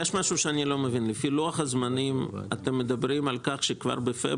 אני לא מבין - לפי לוח הזמנים אתם מדברים על כך שבפברואר